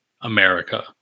America